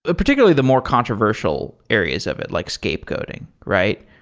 ah particularly the more controversial areas of it, like scapegoating, right?